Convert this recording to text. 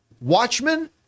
Watchmen